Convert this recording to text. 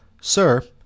Sir